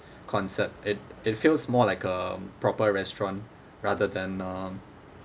concept it it feels more like a proper restaurant rather than um